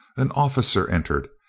an officer entered,